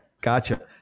Gotcha